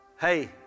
hey